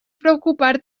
preocupar